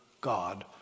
God